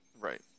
Right